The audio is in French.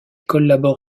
collabore